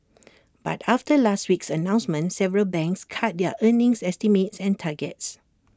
but after last week's announcement several banks cut their earnings estimates and targets